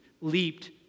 leaped